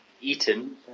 eaten